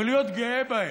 ולהיות גאה בהן,